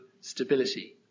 stability